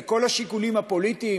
וכל השיקולים הפוליטיים